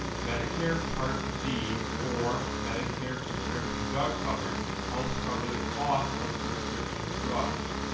medicare part d or medicare prescription drug coverage helps cover the cost of prescription drugs.